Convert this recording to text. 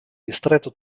distretto